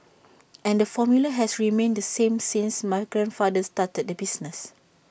and the formula has remained the same since my grandfather started the business